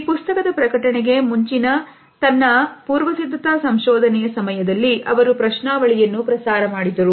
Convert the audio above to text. ಈ ಪುಸ್ತಕದ ಪ್ರಕಟಣೆಗೆ ಮುಂಚಿನ ತನ್ನ ಪೂರ್ವಸಿದ್ಧತಾ ಸಂಶೋಧನೆಯ ಸಮಯದಲ್ಲಿ ಅವರು ಪ್ರಶ್ನಾವಳಿಯನ್ನು ಪ್ರಸಾರ ಮಾಡಿದರು